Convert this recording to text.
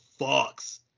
fucks